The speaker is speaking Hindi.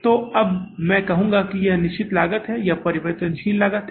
तो अब मैं कहूँगा कि यह निश्चित लागत है और यह परिवर्तनशील लागत है